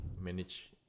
manage